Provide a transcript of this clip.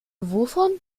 wovon